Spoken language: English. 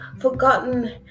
forgotten